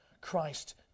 Christ